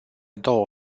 două